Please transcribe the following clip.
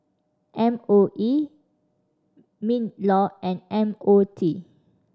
M O E MinLaw and M O T